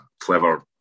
clever